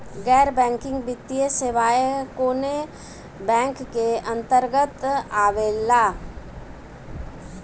गैर बैंकिंग वित्तीय सेवाएं कोने बैंक के अन्तरगत आवेअला?